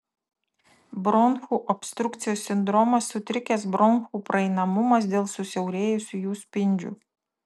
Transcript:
bronchų obstrukcijos sindromas sutrikęs bronchų praeinamumas dėl susiaurėjusių jų spindžių